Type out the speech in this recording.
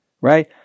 Right